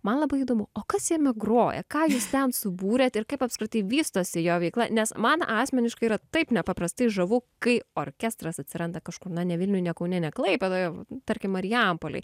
man labai įdomu o kas jame groja ką jūs ten subūrėt ir kaip apskritai vystosi jo veikla nes man asmeniškai yra taip nepaprastai žavu kai orkestras atsiranda kažkur na ne vilniuj ne kaune ne klaipėdoje tarkim marijampolėj